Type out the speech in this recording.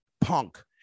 punk